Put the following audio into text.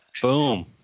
Boom